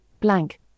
blank